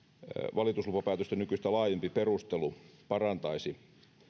valituslupapäätösten nykyistä laajempi perustelu parantaisi